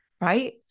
right